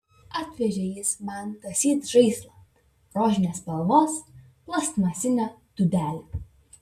atvežė jis man tąsyk žaislą rožinės spalvos plastmasinę dūdelę